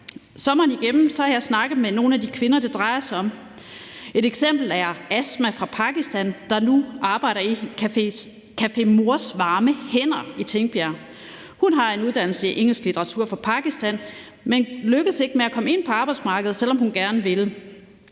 Sommeren igennem har jeg snakket med nogle af de kvinder, det drejer sig om. Et eksempel er Asma fra Pakistan, der nu arbejder i Café Mors Varme Hænder i Tingbjerg. Hun har en uddannelse i engelsk litteratur fra Pakistan, men lykkedes ikke med at komme ind på arbejdsmarkedet, selv om hun gerne ville.